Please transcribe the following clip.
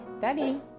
Daddy